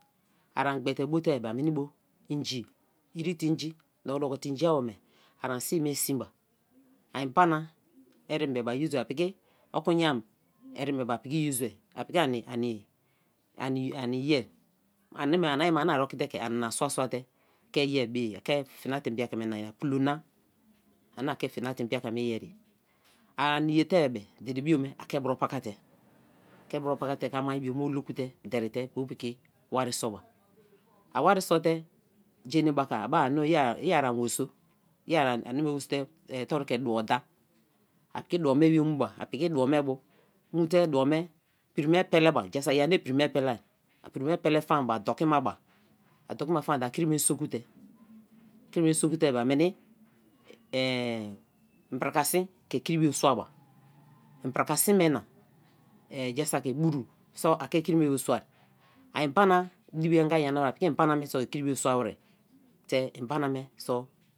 Arai gbe te bo te-e be a meni bo. inji itie te inji. doko doko te inji awome. an sin me sin ba. a mbana erem bebe a use ba. a piki okuyam eyem bebe a piki use wer a piki ani ye. ani me. ai ma ani ari oki te ke ani sua sun te ke ye bei ye. a ki fina te mbraka ye. pulona ani ke fina te mbiaka me ye-ai. ara ni ye-il te-e be dedebio me ake bro paka te. a ke bro paka te ke ama-e bio mu oloku te derei te bo piki wari sor ba. a wari sorte. ja-ene beka a bai no ya-a ani wor so. ya ani me worso te ke duo da. apiki duo me bo. mu te duo me. prii me pele ba. ja sak yeri ani prii me pele a. a prii me pele ba. a dooki ma ba. a dooki ma faan te. a krime bokute. a krime soku te. a meni inblaka bin ke kri bio sua ba. mbraka bin me na, ja saki buru so. aike krime bo sua. a mbana dibi an anga nyana wer. a piki ki mbana me so ke kri bio sua wer te mbana me so